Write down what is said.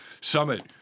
summit